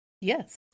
Yes